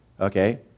okay